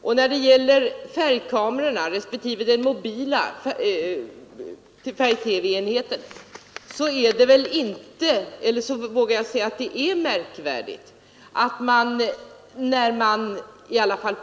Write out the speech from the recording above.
Och när det gäller färgkamerorna respektive den mobila färg-TV-enheten så vågar jag säga att det är ett märkvärdigt resonemang som förs.